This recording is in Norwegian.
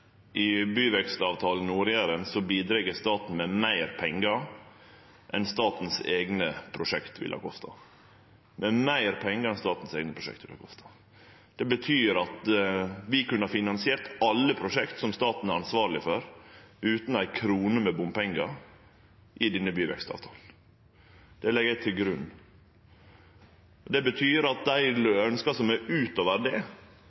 I byvekstavtalen for Nord-Jæren bidreg staten med meir pengar enn statens eigne prosjekt ville ha kosta. Det betyr at vi kunne ha finansiert alle prosjekt som staten er ansvarleg for, utan ei krone i bompengar i denne byvekstavtalen. Det legg eg til grunn. Det betyr at dei ønska som er utover det,